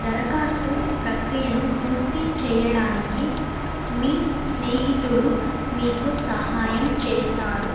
దరఖాస్తు ప్రక్రియను పూర్తి చెయ్యడానికి మీ స్నేహితుడు మీకు సహాయం చేస్తాడు